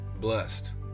blessed